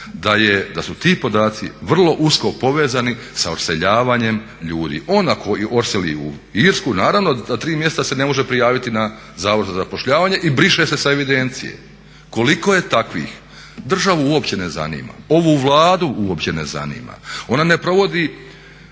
da su ti podaci vrlo usko povezani sa odseljavanjem ljudi. On ako odseli u Irsku naravno ta tri mjeseca se ne može prijaviti na zavod za zapošljavanje i briše se sa evidencije. Koliko je takvih, državu uopće ne zanima, ovu Vladu uopće ne zanima. Ona ne provodi